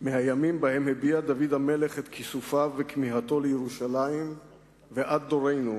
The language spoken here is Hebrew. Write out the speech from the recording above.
מהימים שבהם הביע דוד המלך את כיסופיו וכמיהתו לירושלים ועד דורנו,